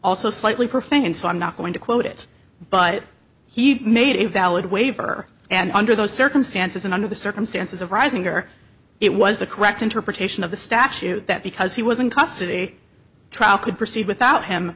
also slightly profane so i'm not going to quote it but he made a valid waiver and under those circumstances and under the circumstances of rising or it was a correct interpretation of the statute that because he was in custody trial could proceed without him